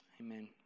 amen